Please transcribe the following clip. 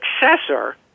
successor